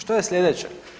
Što je sljedeće?